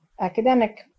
academic